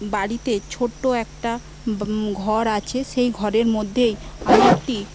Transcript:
বাড়িতে ছোট্ট একটা ঘর আছে সেই ঘরের মধ্যেই আমি একটি